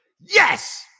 yes